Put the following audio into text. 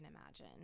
imagine